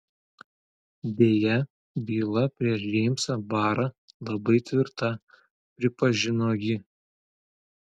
deja byla prieš džeimsą barą labai tvirta pripažino ji